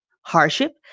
hardship